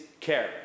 care